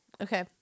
Okay